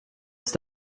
ist